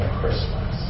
Christmas